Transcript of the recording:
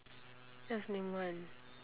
just name one